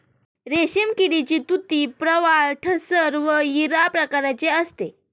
रेशीम किडीची तुती प्रवाळ टसर व इरा प्रकारची असते